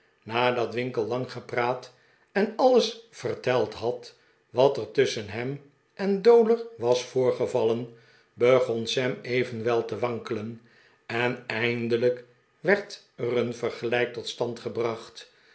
nadat winkle lang gepraat en alles verteld had wat er tusschen hem en dowler was voorgevallen begon sam evenwel te wankelen en eindelijk werd er een vergelijk tot stand gebracht